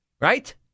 right